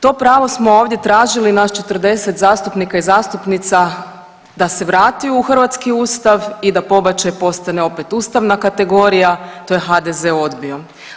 To pravo smo ovdje tražili nas 40 zastupnika i zastupnica da se vrati u hrvatski ustav i da pobačaj postane opet ustavna kategorija, to je HDZ odbio.